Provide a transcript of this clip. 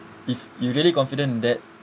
if you really confident in that